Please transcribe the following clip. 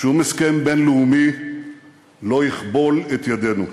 שום הסכם בין-לאומי לא יכבול את ידינו.